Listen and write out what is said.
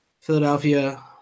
Philadelphia